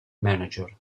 manager